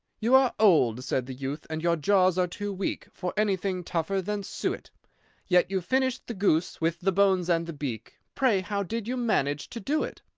you are old, said the youth, and your jaws are too weak for anything tougher than suet yet you finished the goose, with the bones and the beak pray, how did you manage to do it?